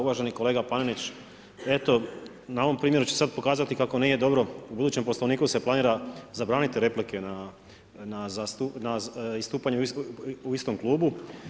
Uvaženi kolega Panenić, eto na ovom primjeru ću sada pokazati kako nije dobro, u budućem Poslovniku se planira zabraniti replike na istupanje u istom klubu.